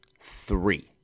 three